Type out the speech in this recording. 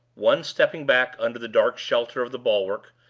one stepping back under the dark shelter of the bulwark,